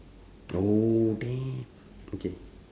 oh damn okay